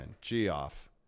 G-Off